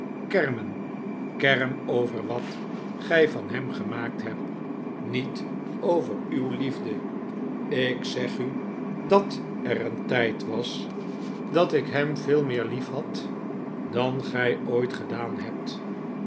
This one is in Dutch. kermen kerm over wat gij van hem gemaakt hebt niet over uw liefde ik zeg u dat er een tijd was dat ik hem veel meer liefhad dan gij ooit gedaan hebt